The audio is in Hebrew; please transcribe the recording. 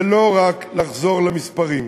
ולא רק לחזור למספרים.